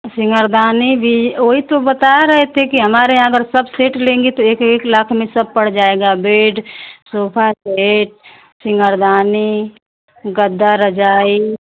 सिंगारदानी भी वही तो बता रहे थे कि हमारे यहाँ पर सब सेट लेंगी तो एक एक लाख में सब पड़ जाएगा बेड सोफा सेट सिंगारदानी गद्दा रजाई